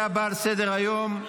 כבוד היושב-ראש,